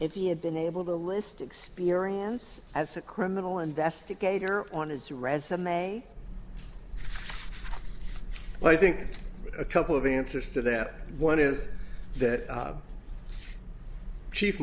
if he had been able to list experience as a criminal investigator on his resume i think a couple of answers to that one is that chief